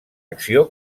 acció